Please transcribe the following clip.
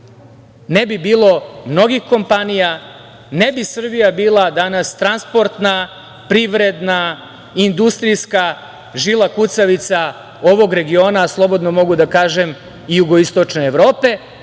ne bi bilo mnogih kompanija, ne bi Srbija bila danas transportna, privredna, industrijska žila kucavica ovog regiona, a slobodno mogu da kažem i jugoistočne Evrope,